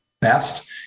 best